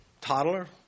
toddler